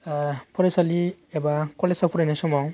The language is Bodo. फरायसालि एबा कलेजाव फरायनाय समाव